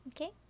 Okay